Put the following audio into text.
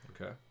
Okay